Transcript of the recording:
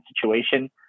situation